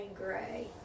Gray